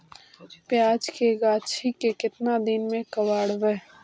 प्याज के गाछि के केतना दिन में कबाड़बै?